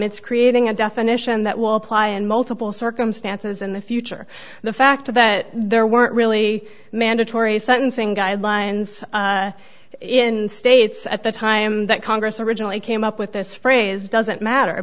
it's creating a definition that will apply in multiple circumstances in the future the fact that there weren't really mandatory sentencing guidelines in states at the time that congress originally came up with this phrase doesn't matter